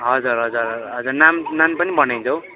हजुर हजुर नान नान पनि बनाइदिन्छौँ